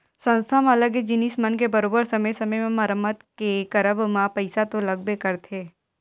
संस्था म लगे जिनिस मन के बरोबर समे समे म मरम्मत के करब म पइसा तो लगबे करथे